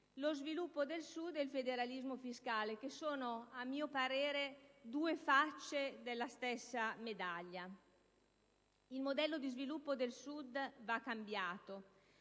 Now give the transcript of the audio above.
lo sviluppo del Sud e il federalismo fiscale, che sono, a mio parere, due facce della stessa medaglia. Il modello di sviluppo del Sud va cambiato.